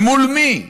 ומול מי?